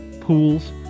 pools